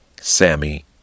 Sammy